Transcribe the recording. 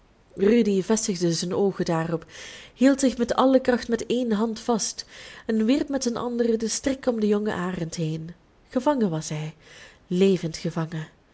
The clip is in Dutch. rudy vestigde zijn oogen daarop hield zich met alle kracht met één hand vast en wierp met zijn andere den strik om den jongen arend heen gevangen was hij levend gevangen